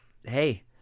hey